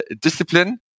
discipline